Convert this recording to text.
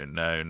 no